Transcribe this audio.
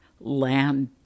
land